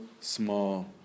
small